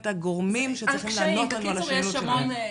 בקיצור, יש המון קשיים.